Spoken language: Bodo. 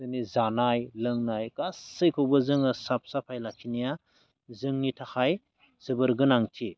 जोंनि जानाय लोंनाय गासैखौबो जोङो साफ साफाय लाखिनाया जोंनि थाखाय जोबोर गोनांथि